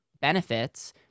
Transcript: benefits